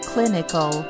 Clinical